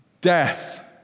death